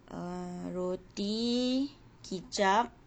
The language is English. err roti kicap